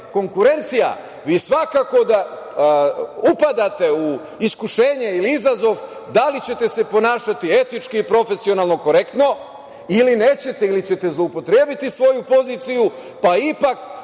konkurencija, vi svakako da upadate u iskušenje ili izazov da li ćete se ponašati etički i profesionalno korektno ili nećete, ili ćete zloupotrebiti svoju poziciju pa ipak